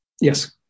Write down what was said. Yes